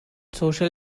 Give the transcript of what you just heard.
social